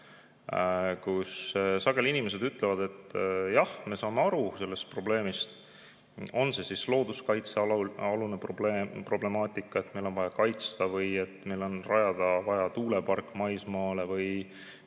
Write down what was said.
Sageli inimesed ütlevad, et jah, me saame aru sellest probleemist, on see siis looduskaitse problemaatika, et on vaja midagi kaitsta, või on vaja rajada tuulepark maismaale või